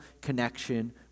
connection